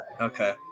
Okay